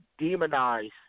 demonize